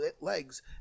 legs